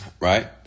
Right